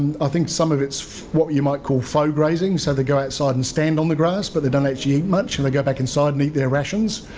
i think some of it's what you might call so grazing so they go outside and stand on the grass. but they don't actually eat much, and they go back inside and eat their rations.